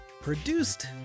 produced